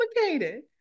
complicated